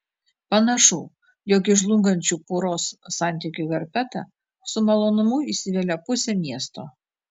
panašu jog į žlungančių poros santykių verpetą su malonumu įsivelia pusė miesto